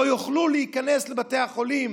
לא יוכלו להיכנס לבתי החולים,